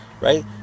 right